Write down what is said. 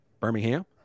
Birmingham